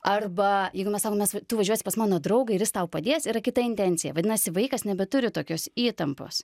arba jeigu mes sakom tu važiuosi pas mano draugą ir jis tau padės yra kita intencija vadinasi vaikas nebeturi tokios įtampos